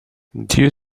due